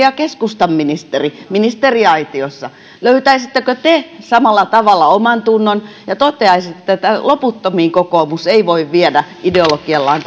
ja keskustan ministeri ministeriaitiossa löytäisittekö te samalla tavalla omantunnon ja toteaisitte että loputtomiin kokoomus ei voi viedä ideologiallaan